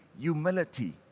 humility